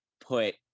put